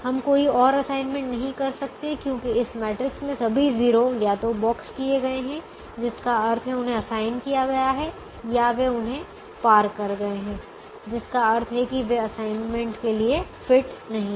हम कोई और असाइनमेंट नहीं कर सकते हैं क्योंकि इस मैट्रिक्स में सभी 0 या तो बॉक्स किए गए हैं जिसका अर्थ है उन्हें असाइन किया गया है या वे उन्हें पार कर गए हैं जिसका अर्थ है कि वे असाइनमेंट के लिए फिट नहीं हैं